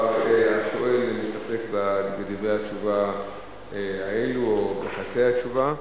השואל מסתפק בדברי התשובה האלה, או בחצי התשובה.